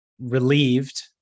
relieved